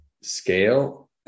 scale